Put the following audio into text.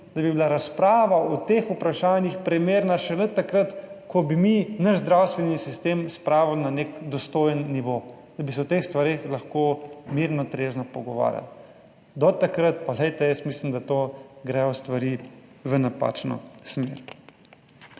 da bi bila razprava o teh vprašanjih primerna šele takrat, ko bi mi naš zdravstveni sistem spravili na nek dostojen nivo, da bi se o teh stvareh lahko mirno, trezno pogovarjali. Do takrat pa glejte, jaz mislim, da to gredo stvari v napačno smer.